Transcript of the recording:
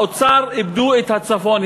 האוצר איבדו את הצפון,